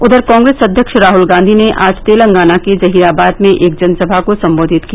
उधर कांग्रेस अध्यक्ष राहल गांधी ने आज तेलंगानाके जहीराबाद में एक जनसभा को संबोधित किया